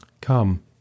Come